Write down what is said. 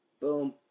boom